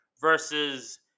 versus